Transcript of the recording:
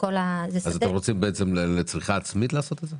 אתם רוצים לעשות את זה לצריכה עצמית?